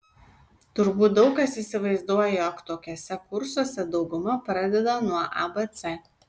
turbūt daug kas įsivaizduoja jog tokiuose kursuose dauguma pradeda nuo abc